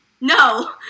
No